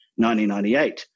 1998